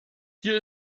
hier